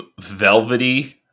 velvety